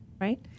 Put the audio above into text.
Right